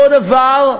אותו דבר,